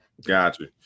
Gotcha